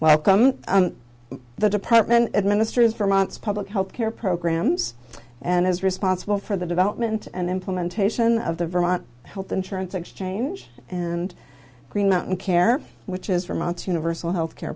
welcomed the department administers vermont's public health care programs and is responsible for the development and implementation of the vermont health insurance exchange and green mountain care which is for months universal health care